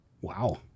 wow